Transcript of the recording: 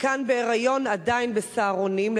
חלקן בהיריון, עדיין ב"סהרונים".